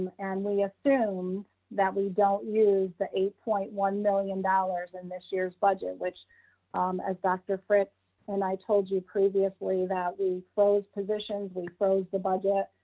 and we assume that we don't use the eight point one million dollars in this year's budget, which um as dr. fritz and i told you previously that we close positions, we froze the budget.